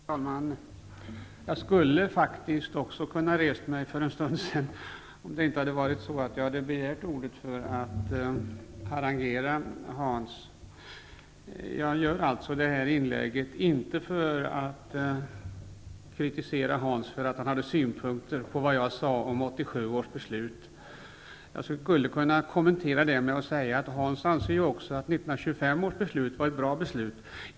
Herr talman! Jag skulle faktiskt också ha kunnat resa mig för en stund sedan, om jag inte redan hade begärt ordet för att harangera Hans Lindblad. Jag gör alltså inte det här inlägget för att kritisera att Hans Lindblad hade synpunkter på det jag sade om 1987 års beslut. Jag skulle kunna kommentera det med att säga att Hans Lindblad anser att 1925 års beslut var ett bra beslut.